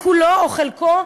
כולו או חלקו,